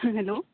hello